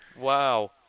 Wow